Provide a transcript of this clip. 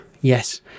yes